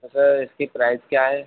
तो सर इसकी प्राइज़ क्या है